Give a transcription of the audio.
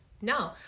No